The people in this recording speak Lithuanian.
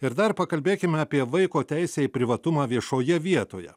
ir dar pakalbėkime apie vaiko teisę į privatumą viešoje vietoje